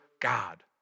God